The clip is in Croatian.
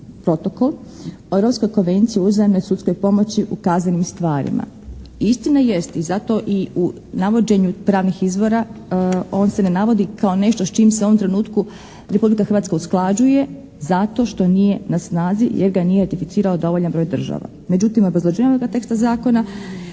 protokol o Europskoj konvenciji o uzajamnoj sudskoj pomoći u kaznenim stvarima. Istina jest i zato i u navođenju pravnih izvora on se ne navodi kao nešto s čim se u ovom trenutku Republika Hrvatska usklađuje zato što nije na snazi jer ga nije ratificirao dovoljan broj država. Međutim, obrazloženje ovoga teksta zakona